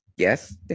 yes